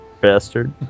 bastard